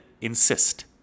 insist